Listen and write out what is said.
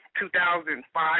2005